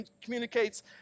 communicates